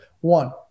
One